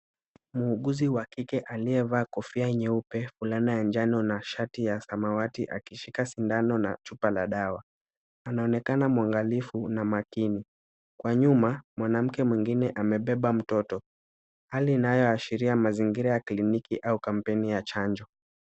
Muuguzi wa kike aliyevaa kofia nyeupe, fulana ya njano na shati ya samawati akishika sindano na chupa la dawa. Anaonekana mwangalifu na makini, kwa nyuma mwanamke mwingine amebeba mtoto, hali inayoashiria mazingira ya kliniki au kampeni ya chanjo.